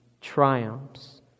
triumphs